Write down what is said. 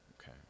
okay